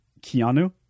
Keanu